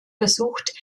versucht